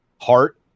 Heart